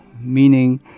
meaning